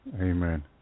Amen